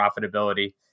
profitability